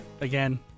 again